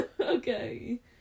Okay